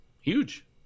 Huge